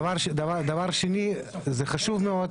דבר שני, זה חשוב מאוד